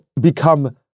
become